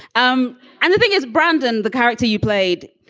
um and the thing is, brandon, the character you played,